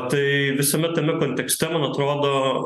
tai visame tame kontekste man atrodo